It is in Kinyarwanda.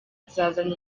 zazanye